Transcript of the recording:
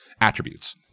attributes